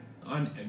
On